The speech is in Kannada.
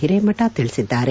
ಹಿರೇಮಕ ತಿಳಿಸಿದ್ದಾರೆ